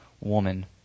woman